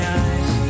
eyes